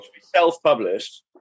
self-published